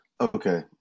Okay